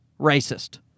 racist